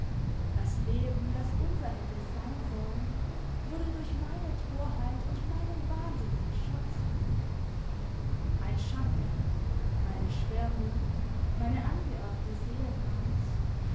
das leben das unser hätte sein sollen wurde durch meine torheit und meinen wahnsinn verscherzt ein schatten meine schwermut meine angeerbte seelenangst